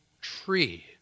tree